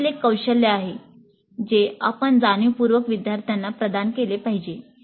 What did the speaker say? हे देखील एक कौशल्य आहे जे आपण जाणीवपूर्वक विद्यार्थ्यांना प्रदान केले पाहिजे